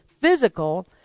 physical